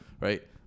Right